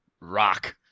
rock